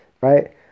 right